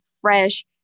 Fresh